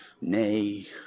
Nay